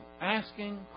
asking